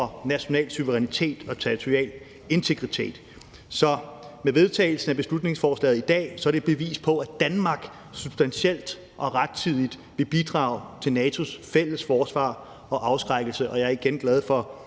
national suverænitet og territorial integritet? Så vedtagelsen af beslutningsforslaget i dag er et bevis på, at Danmark substantielt og rettidigt vil bidrage til NATO's fælles forsvar og afskrækkelse, og jeg er igen glad for